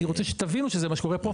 אני רוצה שתבינו שזה מה שקורה פה.